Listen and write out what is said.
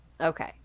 Okay